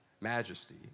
majesty